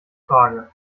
frage